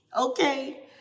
okay